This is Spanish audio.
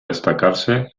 destacarse